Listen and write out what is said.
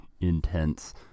intense